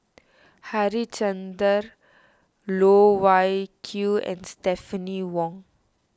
Harichandra Loh Wai Kiew and Stephanie Wong